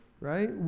right